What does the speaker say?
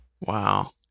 Wow